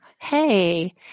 Hey